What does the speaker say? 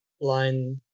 line